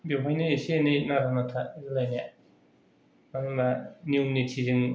बेवहायनो एसे एनै नारा नाथा जालायनाया मानो होनबा नेमनिथिजों